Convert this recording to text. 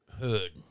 hood